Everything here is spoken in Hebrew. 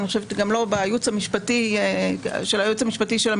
אני חושבת גם לא בייעוץ המשפטי של המשטרה,